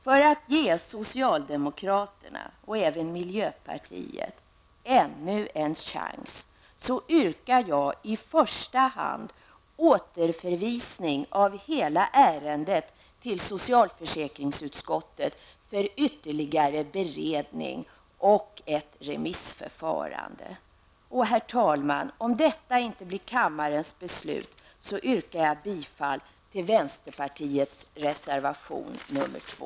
För att ge socialdemokraterna och även miljöpatiet ännu chans yrkar jag i första hand åtförvisning av hela ärendet till socialförsäkringsutskottet för ytterligare beredning och för ett remissförfarande. Om detta inte blir kammarens beslut, yrkar jag bifall till vänsterpartiets reservation nr 2.